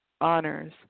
honors